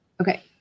Okay